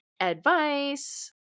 advice